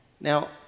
Now